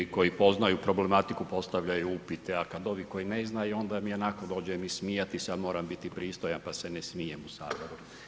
Ljudi koji poznaju problematiku postavljaju upite a kada ovi koji ne znaju onda mi onako dođe mi smijati se ali moram biti pristojan pa se ne smijem u Saboru.